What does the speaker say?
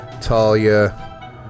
Talia